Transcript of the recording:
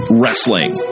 wrestling